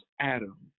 Adam